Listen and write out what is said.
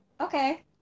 Okay